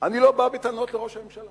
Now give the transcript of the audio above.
אני לא בא בטענות לראש הממשלה,